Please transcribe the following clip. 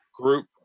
group